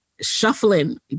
shuffling